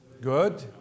Good